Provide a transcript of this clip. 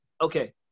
Okay